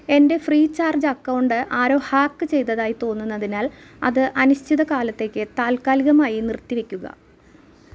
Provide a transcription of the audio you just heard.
എൻ്റെ Freecharge account ആരോ hack ചെയ്തതായി തോന്നുന്നതിനാൽ അത് അനിശ്ചിതകാലത്തേക്ക് താൽക്കാലികമായി നിർത്തി വെയ്ക്കുക